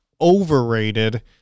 overrated